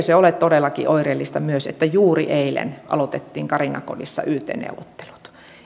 se ole todellakin oireellista myös että juuri eilen aloitettiin karinakodissa yt neuvottelut